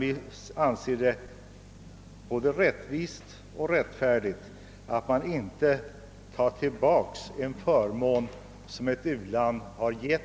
Vi anser det både rättvist och rättfärdigt att man inte här i Sverige tar tillbaka en förmån som ett fattigt u-land har givit,